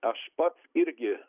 aš pats irgi